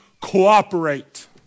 cooperate